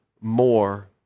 more